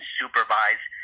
supervise